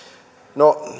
no